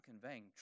conveying